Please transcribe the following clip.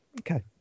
Okay